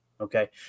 okay